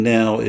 now